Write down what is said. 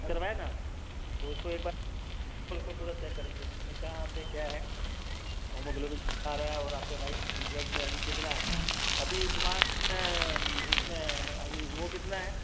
तो उसको एक बार तो उसको पूरा चेक करेंगे कि कहाँ पर क्या है होमोग्लोबिन कितना आ रहा है और आपका व्हाइट ब्लड में अभी कितना है अभी तुम्हारे इसमें अभी वो कितना है